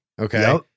okay